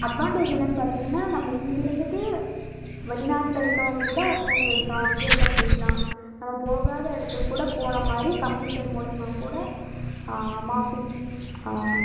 advantage என்னன்று பார்த்திங்கன்னா நம்ம இங்கே இருந்துகிட்டு வெளிநாட்டில் இருக்கவங்க கூட ஃபோன் பேசுலாம் வீடியோ கால் பேசுலாம் நம்ம போகாத இடத்துக்கு கூட போன மாதிரி கம்ப்யூட்டர் மூலியமாக கூட மாஃபிங்